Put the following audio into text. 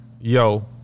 Yo